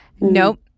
Nope